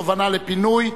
תובענה לפינוי),